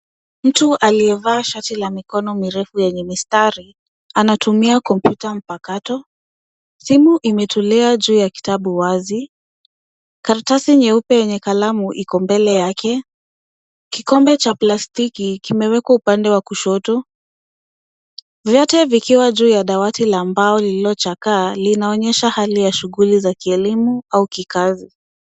Mtu aliyevaa shati la mikono mirefu yenye mistari, anatumia kompyuta mpakato. Simu imetolewa juu ya kitabu wazi. Karatasi nyeupe yenye kalamu Iko mbele yake. Kikombe cha plastiki kimewekwa upande wa kushoto, vyote vikiwa juu ya dawati la mbao lililochakaa linaonyesha hali ya shughuli za kilimo au kikazi.